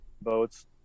boats